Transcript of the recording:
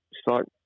start